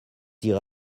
irez